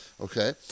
okay